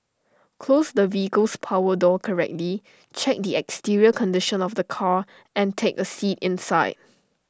close the vehicle's power door correctly check the exterior condition of the car and take A seat inside